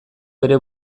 bere